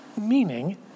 meaning